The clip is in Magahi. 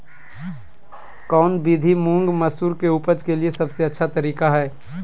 कौन विधि मुंग, मसूर के उपज के लिए सबसे अच्छा तरीका है?